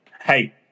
hey